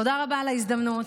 תודה רבה על ההזדמנות,